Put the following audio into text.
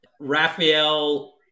Raphael